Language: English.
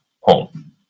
home